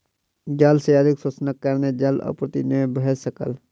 जल के अधिक शोषणक कारणेँ जल आपूर्ति नै भ सकल